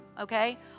okay